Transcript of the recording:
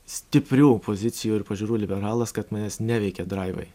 stiprių pozicijų ir pažiūrų liberalas kad manęs neveikia draivai